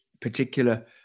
particular